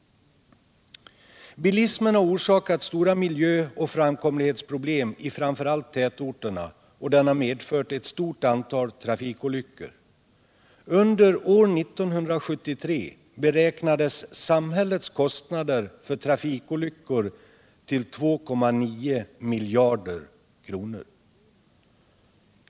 Bilismen har orsakat stora miljöoch framkomlighetsproblem i framför allt tätorterna, och den har medfört ett stort antal trafikolyckor. Under 1973 beräknades samhällets kostnader för trafikolyckor till 2,9 miljarder kronor.